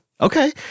Okay